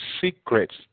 secrets